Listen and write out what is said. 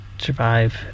survive